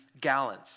gallons